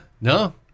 No